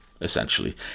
essentially